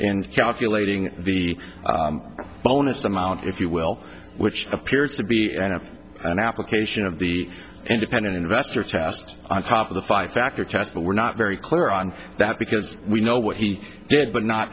in calculating the bonus amount if you will which appears to be an application of the independent investor test on top of the five factor test we're not very clear on that because we know what he did but not